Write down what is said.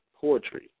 poetry